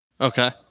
Okay